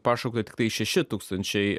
pašaukta tiktai šeši tūkstančiai